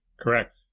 Correct